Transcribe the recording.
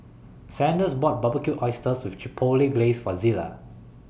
Sanders bought Barbecued Oysters with Chipotle Glaze For Zela